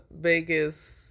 Vegas